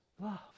love